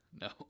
No